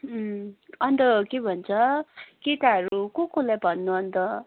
अँ अन्त के भन्छ केटाहरू को कोलाई भन्नु अन्त